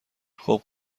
خوب